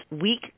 weak